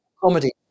comedy